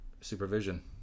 supervision